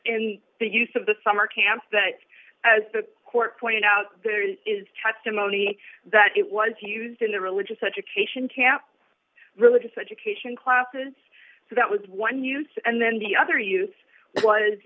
in the use of the summer camp that as the court pointed out there is is testimony that it was used in the religious education camp religious education classes so that was one use and then the other use was